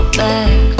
back